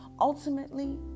Ultimately